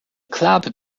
club